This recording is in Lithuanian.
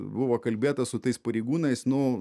buvo kalbėta su tais pareigūnais nu